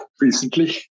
recently